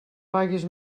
paguis